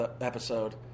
episode